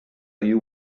you